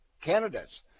candidates